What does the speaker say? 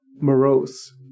morose